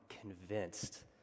convinced